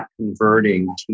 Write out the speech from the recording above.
converting